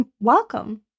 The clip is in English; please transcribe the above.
welcome